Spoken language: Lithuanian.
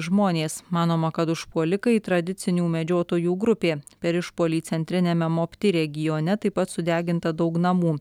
žmonės manoma kad užpuolikai tradicinių medžiotojų grupė per išpuolį centriniame mopti regione taip pat sudeginta daug namų